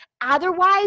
Otherwise